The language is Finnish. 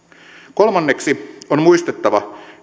kolmanneksi on muistettava